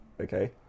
Okay